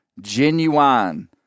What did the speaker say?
genuine